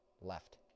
Left